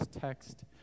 text